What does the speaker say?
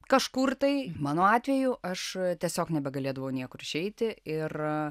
kažkur tai mano atveju aš tiesiog nebegalėdavau niekur išeiti ir